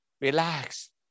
Relax